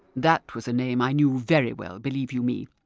that was a name i knew very well, believe you me.